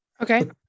Okay